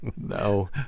No